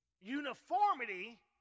Uniformity